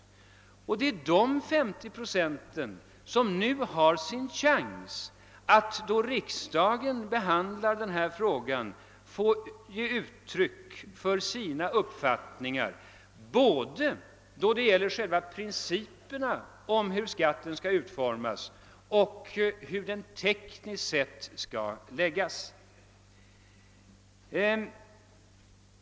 Det är dessa 50 procent som nu har sin chans att då riksdagen behandlar denna fråga få ge uttryck för sin uppfattning, både vad gäller själva principerna om hur skatten skall utformas och vad gäller frågan om hur skatten tekniskt sett skall läggas.